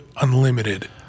unlimited